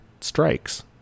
strikes